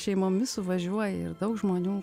šeimomis suvažiuoja ir daug žmonių